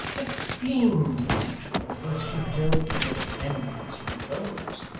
extremely natural but you don't know friends from foes